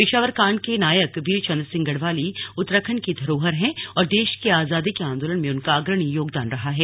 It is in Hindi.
पेशावर कांड के नायक वीर चंद्र सिंह गढ़वाली उत्तराखण्ड की धरोहर हैं और देश की आजादी के आंदोलन में उनका अग्रणी योगदान रहा है